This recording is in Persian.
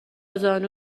زانو